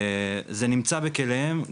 זה נמצא בכליהם,